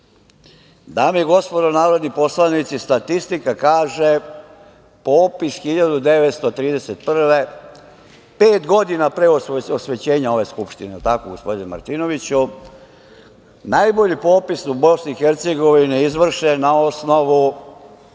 i gospodo narodni poslanici, statistika kaže popis 1931. godine, pet godina pre osvećenja ove Skupštine, jel, tako gospodine Martinoviću, najbolji popis u BiH izvršen na osnovu